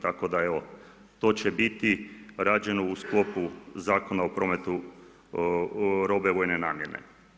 Tako da evo, to će biti rađeno u sklopu Zakona o prometu robe vojne namjene.